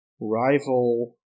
rival